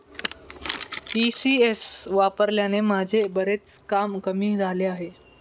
ECS वापरल्याने माझे बरेच काम कमी झाले आहे